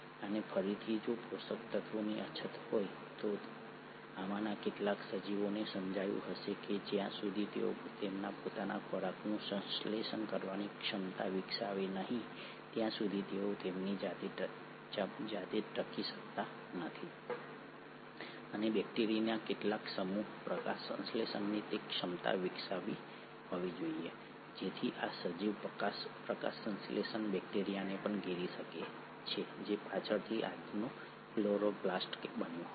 અને ફરીથી જો પોષક તત્વોની અછત હોય તો આમાંના કેટલાક સજીવોને સમજાયું હશે કે જ્યાં સુધી તેઓ તેમના પોતાના ખોરાકનું સંશ્લેષણ કરવાની ક્ષમતા વિકસાવે નહીં ત્યાં સુધી તેઓ તેમની જાતે જ ટકી શકતા નથી અને બેક્ટેરિયાના કેટલાક સમૂહે પ્રકાશસંશ્લેષણની તે ક્ષમતા વિકસાવી હોવી જોઈએ જેથી આ સજીવ પ્રકાશસંશ્લેષણ બેક્ટેરિયાને પણ ઘેરી શકે છે જે પાછળથી આજનું ક્લોરોપ્લાસ્ટ બન્યું હતું